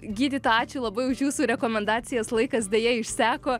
gydytoja ačiū labai už jūsų rekomendacijas laikas deja išseko